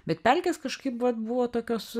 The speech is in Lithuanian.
bet pelkės kažkaip vat buvo tokios